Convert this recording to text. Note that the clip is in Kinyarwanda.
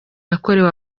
yakorewe